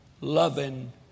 loving